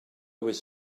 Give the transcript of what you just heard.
was